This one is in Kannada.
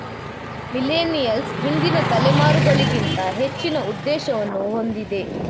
ಮಿಲೇನಿಯಲ್ಸ್ ಹಿಂದಿನ ತಲೆಮಾರುಗಳಿಗಿಂತ ಹೆಚ್ಚಿನ ಉದ್ದೇಶವನ್ನು ಹೊಂದಿದೆ